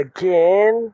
Again